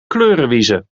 kleurenwiezen